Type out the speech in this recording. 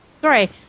Sorry